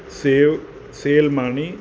सेव सेअल मानी